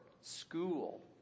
school